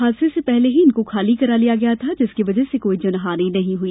हादसे से पहले ही इनको खाली करा लिया गया था जिसकी वजह से कोई जनहानी नहीं हुई